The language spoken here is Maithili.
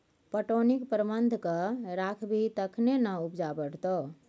पटौनीक प्रबंधन कए राखबिही तखने ना उपजा बढ़ितौ